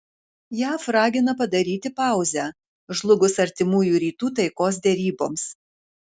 jav ragina padaryti pauzę žlugus artimųjų rytų taikos deryboms